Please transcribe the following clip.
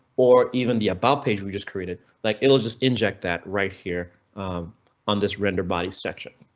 or even the about page we just created, like it'll just inject that right here on this render body section.